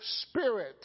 spirit